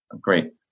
Great